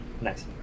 Nice